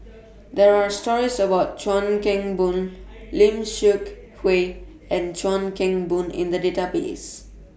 There Are stories about Chuan Keng Boon Lim Seok Hui and Chuan Keng Boon in The Database